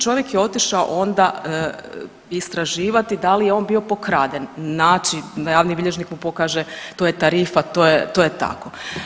Čovjek je otišao onda istraživati da li je on bio pokraden na način da javni bilježnik mu pokaže, to je tarifa, to je tako.